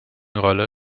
rolle